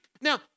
Now